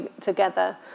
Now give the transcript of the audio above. together